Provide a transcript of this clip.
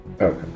Okay